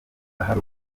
hari